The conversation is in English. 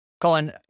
Colin